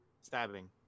stabbing